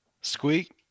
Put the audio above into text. Squeak